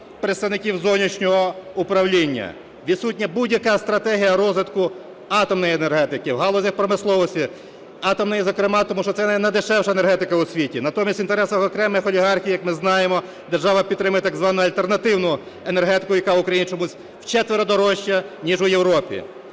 представників зовнішнього управління. Відсутня будь-яка стратегія розвитку атомної енергетики, в галузях промисловості, атомної зокрема, тому що це найдешевша енергетика у світі. Натомість в інтересах окремих олігархів, як ми знаємо, держава підтримує так звану альтернативну енергетику, яка в Україні чомусь вчетверо дорожча, ніж у Європі.